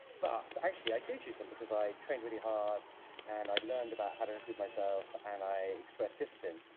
but actually i do choose them because i trained really hard and i learned about how to improve myself and i express discipline.